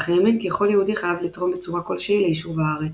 אך האמין כי כל יהודי חייב לתרום בצורה כלשהי ליישוב הארץ,